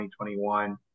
2021